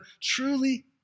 truly